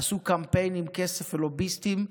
עשו קמפיין עם כסף, לוביסטים,